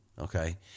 Okay